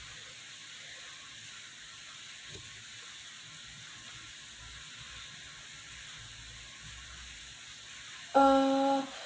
uh